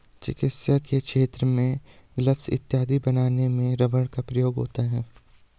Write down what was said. चिकित्सा के क्षेत्र में ग्लब्स इत्यादि बनाने में रबर का प्रयोग होता है